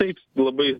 taip labai